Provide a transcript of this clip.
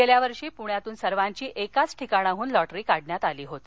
गेल्यावर्षी पुण्यातून सर्वांची एकाच ठिकाणाइन लॉटरी काढण्यात आली होती